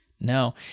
no